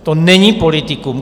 To není politikum.